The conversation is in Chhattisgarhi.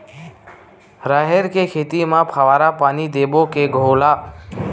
राहेर के खेती म फवारा पानी देबो के घोला?